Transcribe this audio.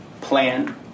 plan